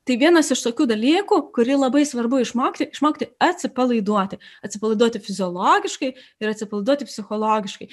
tai vienas iš tokių dalykų kurį labai svarbu išmokti išmokti atsipalaiduoti atsipalaiduoti fiziologiškai ir atsipalaiduoti psichologiškai